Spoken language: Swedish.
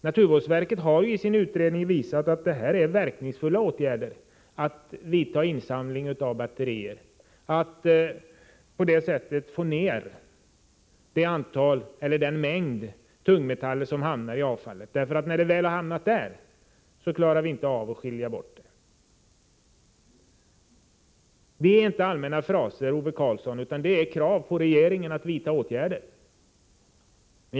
Naturvårdsverket har i sin utredning visat att insamling av batterier är en verkningsfull åtgärd för att minska den mängd tungmetaller som hamnar i avfallet, eftersom vi inte klarar av att skilja bort tungmetallerna när de väl har hamnat där. Det här är inga allmänna fraser, Ove Karlsson, utan det är krav på åtgärder från regeringens sida.